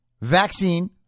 vaccine